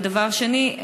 דבר שני,